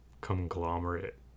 conglomerate